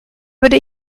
würde